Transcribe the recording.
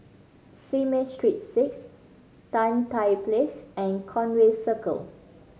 Simei Street Six Tan Tye Place and Conway Circle